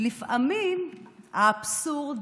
לפעמים האבסורד